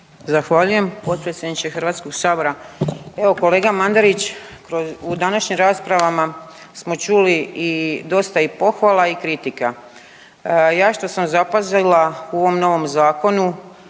Zahvaljujem potpredsjedniče HS-a, evo, kolega Mandarić, u današnjim raspravama smo čuli i dosta i pohvala i kritika. Ja što sam zapazila u ovom novom Zakonu,